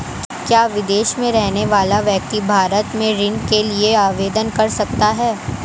क्या विदेश में रहने वाला व्यक्ति भारत में ऋण के लिए आवेदन कर सकता है?